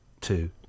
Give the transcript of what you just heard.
Two